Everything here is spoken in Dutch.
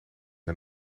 een